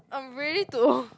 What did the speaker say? I'm ready to